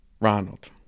ronald